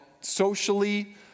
socially